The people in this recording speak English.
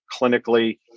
clinically-